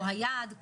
או היה עד כה,